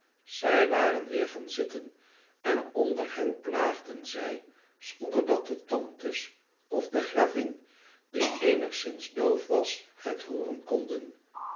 zij waren weêr gaan zitten en onder hen plaagden zij zonder dat de tantes of de gravin die eenigszins doof was het hooren konden